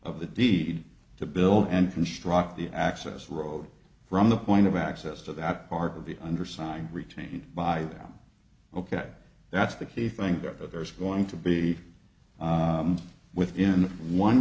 of the deed to build and construct the access road from the point of access to that part of the underside retained by them ok that's the key thing that if there is going to be within one